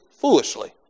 foolishly